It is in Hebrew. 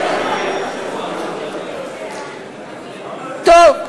אומר הבחור החילוני, מה אתה עושה ככה?